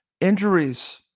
Injuries